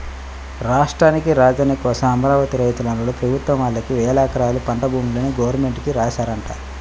రాష్ట్రానికి రాజధాని కోసం అమరావతి రైతన్నలు ప్రభుత్వం వాళ్ళకి వేలెకరాల పంట భూముల్ని గవర్నమెంట్ కి రాశారంట